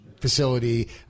facility